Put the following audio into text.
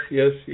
yes